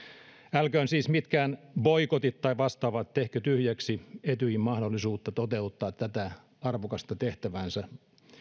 älkööt siis mitkään boikotit tai vastaavat tehkö tyhjäksi etyjin mahdollisuutta toteuttaa tätä arvokasta tehtäväänsä